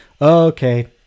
Okay